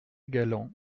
galland